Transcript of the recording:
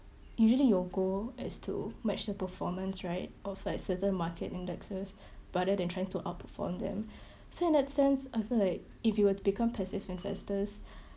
usually your goal is to match the performance right outside certain market indexes rather than trying to outperform them so in that sense I feel like if you were to become passive investors